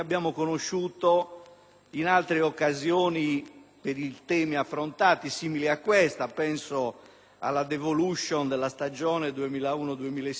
in altre occasioni quando abbiamo affrontato temi simili a questo. Penso alla *devolution* della stagione 2001-2006, alla riforma